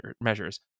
measures